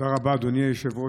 תודה רבה, אדוני היושב-ראש.